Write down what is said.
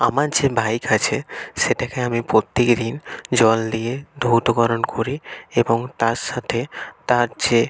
আমার যে বাইক আছে সেটাকে আমি প্রত্যেক দিন জল দিয়ে ধৌতকরণ করি এবং তার সাথে তার যে